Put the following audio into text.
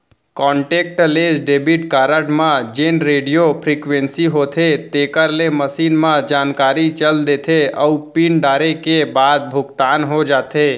contactless debit card म जेन radio frequency होथे तेकर ले मसीन म जानकारी चल देथे अउ पिन डारे के बाद भुगतान हो जाथे